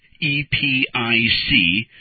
E-P-I-C